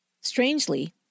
Strangely